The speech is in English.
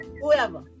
whoever